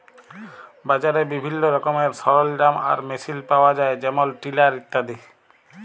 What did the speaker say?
বাজারে বিভিল্ল্য রকমের সরলজাম আর মেসিল পাউয়া যায় যেমল টিলার ইত্যাদি